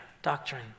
doctrine